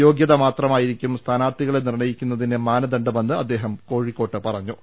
യോഗ്യത മാത്രമാ യിരിക്കും സ്ഥാനാർത്ഥികളെ നിർണ്ണയിക്കുന്നതിന് മാനദണ്ഡമെന്ന് അദ്ദേഹം കോഴിക്കോട്ട് പറഞ്ഞു